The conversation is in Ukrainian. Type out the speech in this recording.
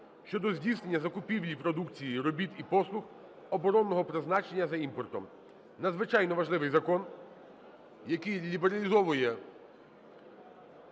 щодо здійснення закупівлі продукції, робіт і послуг оборонного призначення за імпортом. Надзвичайно важливий закон, який лібералізовує